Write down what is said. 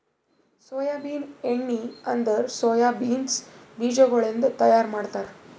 soybean ಎಣ್ಣಿ ಅಂದುರ್ soya beans ಬೀಜಗೊಳಿಂದ್ ತೈಯಾರ್ ಮಾಡ್ತಾರ